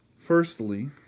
firstly